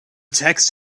text